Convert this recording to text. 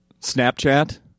Snapchat